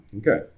Okay